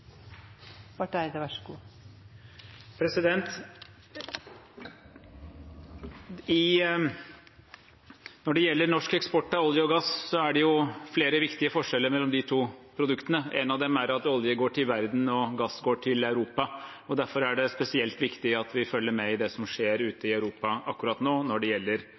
det flere viktige forskjeller mellom de to produktene. En av dem er at olje går til verden og gass går til Europa. Derfor er det spesielt viktig at vi følger med på det som skjer ute i Europa akkurat nå når det gjelder